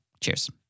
Cheers